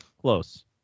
Close